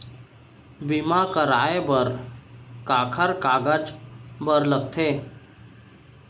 बीमा कराय बर काखर कागज बर लगथे?